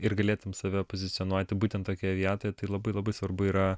ir galėtum save pozicionuoti būtent tokioj vietoj tai labai labai svarbu yra